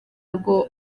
rwo